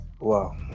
wow